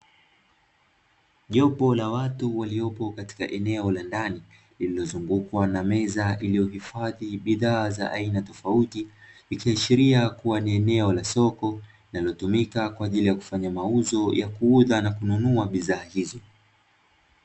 Jopo la watu waliopo katika eneo la ndani lililozungukwa na meza iliyohifadhi bidhaa za aina tofauti, ikiashiria kuwa ni eneo la soko linalotumika kwa ajili ya kufanya mauzo ya kuuza na kununua bidhaa hizo.